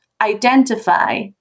identify